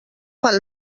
fan